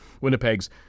Winnipeg's